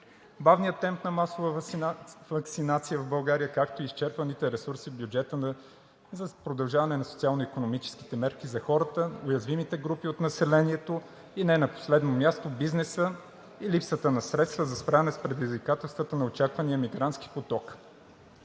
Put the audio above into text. бавния темп на масова ваксинация в България, както и изчерпаните ресурси в бюджета за продължаване на социално икономическите мерки за хората, уязвимите групи от населението, и не на последно място, бизнеса и липсата на средства за справяне с предизвикателствата на очаквания мигрантски поток.